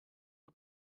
het